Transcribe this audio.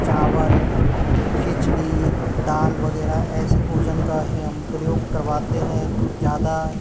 चावल खिचड़ी दाल वगैरह ऐसे भोजन का हम प्रयोग करवाते हैं ज़्यादा